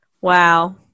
Wow